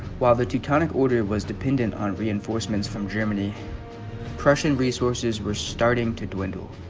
while the teutonic order was dependent on reinforcements from germany prussian resources were starting to dwindle